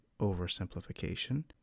oversimplification